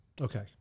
Okay